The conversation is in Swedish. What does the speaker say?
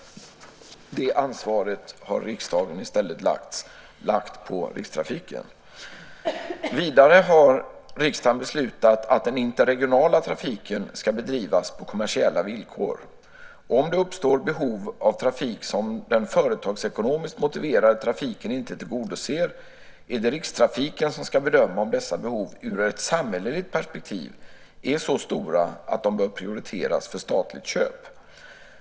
Det ansvaret har riksdagen i stället lagt på Rikstrafiken. Vidare har riksdagen beslutat att den interregionala trafiken ska bedrivas på kommersiella villkor. Om det uppstår behov av trafik som den företagsekonomiskt motiverade trafiken inte tillgodoser är det Rikstrafiken som ska bedöma om dessa behov ur ett samhälleligt perspektiv är så stora att de bör prioriteras för statligt köp.